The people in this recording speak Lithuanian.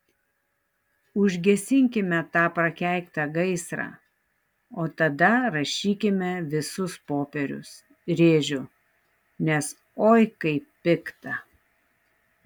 užgesinkime tą prakeiktą gaisrą o tada rašykime visus popierius rėžiu nes oi kaip pikta